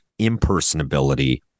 impersonability